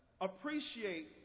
appreciate